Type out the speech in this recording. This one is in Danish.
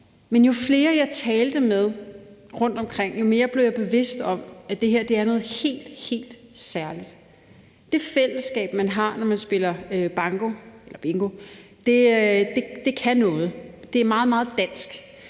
op og råbe tallene op, jo mere blev jeg bevist om, at det her er noget helt, helt særligt. Det fællesskab, man har, når man spiller banko eller bingo, kan noget, det er meget, meget dansk,